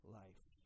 life